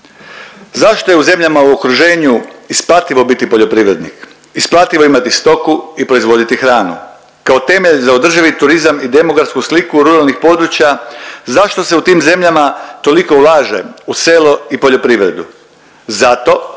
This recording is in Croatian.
Zašto je u zemljama u okruženju isplativo biti poljoprivrednik, isplativo je imati stoku i proizvoditi hranu kao temelj za održivi turizam i demografsku sliku ruralnih područja? Zašto se u tim zemljama toliko ulaže u selo i poljoprivredu? Zato